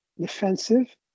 defensive